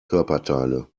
körperteile